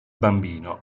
bambino